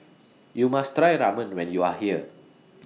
YOU must Try Ramen when YOU Are here